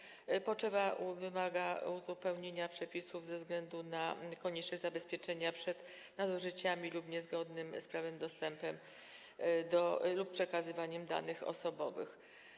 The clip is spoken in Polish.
Zaistniała potrzeba uzupełnienia przepisów ze względu na konieczność zabezpieczenia przed nadużyciami lub niezgodnym z prawem dostępem do danych lub przekazywaniem danych osobowych.